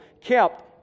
kept